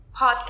podcast